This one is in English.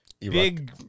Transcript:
Big